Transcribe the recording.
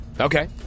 Okay